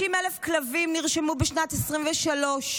50,000 כלבים נרשמו בשנת 2023,